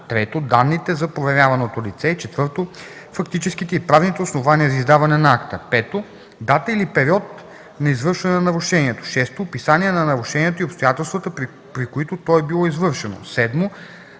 3. данните за проверяваното лице; 4. фактическите и правните основания за издаване на акта; 5. дата или период на извършване на нарушението; 6. описание на нарушението и обстоятелствата, при които то е било извършено;